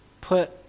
put